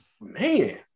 Man